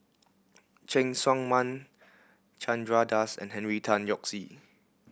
Cheng Tsang Man Chandra Das and Henry Tan Yoke See